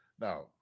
now